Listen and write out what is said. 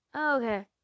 okay